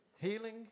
healing